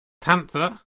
panther